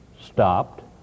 stopped